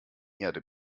erde